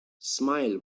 smile